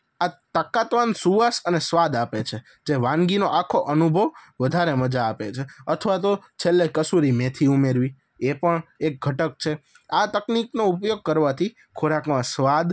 આ તાકાતવાન સુવાસ અને સ્વાદ આપે છે જે વાનગીનો આખો અનુભવ વધારે મજા આપે છે અથવા તો છેલ્લે કસૂરી મેથી ઉમેરવી એ પણ એક ઘટક છે આ તકનીકનો ઉપયોગ કરવાથી ખોરાકમાં સ્વાદ